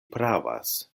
pravas